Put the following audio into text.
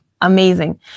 Amazing